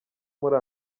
muri